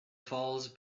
falls